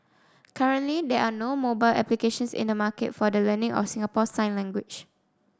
currently there are no mobile applications in the market for the learning of Singapore sign language